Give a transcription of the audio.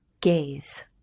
gaze